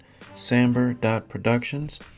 samber.productions